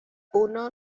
uno